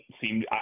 seem